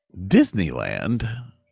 Disneyland